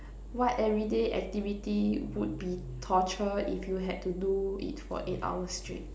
what everyday activity would be torture if you had to do it for eight hours straight